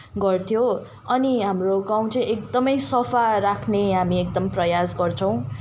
गर्थ्यो अनि हाम्रो गाउँ चाहिँ एकदमै सफा राख्ने हामी एकदम प्रयास गर्छौँ